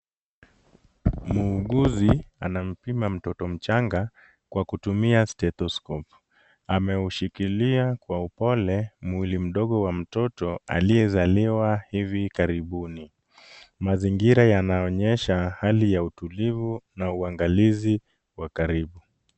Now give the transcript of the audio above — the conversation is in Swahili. Muuguzi anampima mtoto mchanga, kwa kutumia stetoscope . Ameushikilia kwa upole mwili mdogo wa mtoto aliyezaliwa hivi karibuni. Mazingira yanaonyesha hali ya utulivu na uangalizi wa karibu.